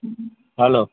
hello